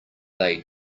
they